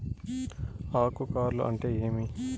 ఆకు కార్ల్ అంటే ఏమి?